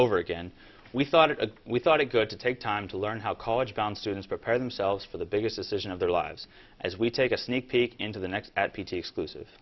over again we thought we thought it good to take time to learn how college bound students prepare themselves for the biggest decision of their lives as we take a sneak peek into the next at p t exclusive